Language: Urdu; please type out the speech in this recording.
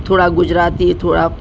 تھوڑا گجراتی تھوڑا